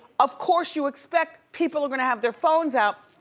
of course you expect people are gonna have their phones out,